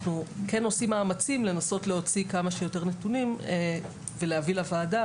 אנחנו כן עושים מאמצים לנסות להוציא כמה שיותר נתונים ולהביא לוועדה,